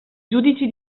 giudici